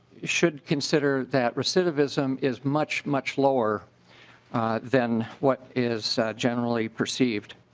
should consider that recidivism is much much lower than what is generally perceived.